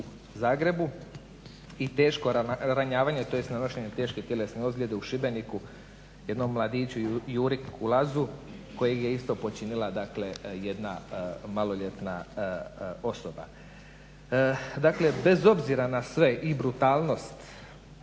Zagrebu i teško ranjavanje, tj. nanošenje teške tjelesne ozljede u Šibeniku jednom mladiću, Juri Kulazu kojeg je isto počinila, dakle jedan maloljetna osoba. Dakle, bez obzira na sve i brutalnost,